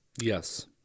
Yes